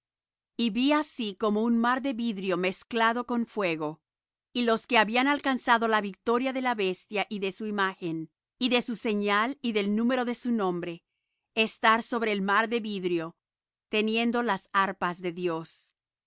y vi así como un mar de vidrio mezclado con fuego y los que habían alcanzado la victoria de la bestia y de su imagen y de su señal y del número de su nombre estar sobre el mar de vidrio teniendo las arpas de dios